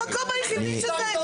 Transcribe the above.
המקום היחידי שזה סם מסוכן זה ישראל.